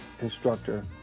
instructor